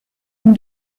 une